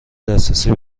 دسترسی